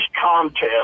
contest